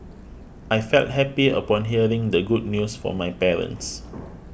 I felt happy upon hearing the good news from my parents